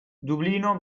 dublino